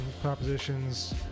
propositions